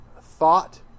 thought